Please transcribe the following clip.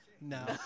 No